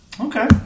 Okay